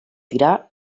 tirar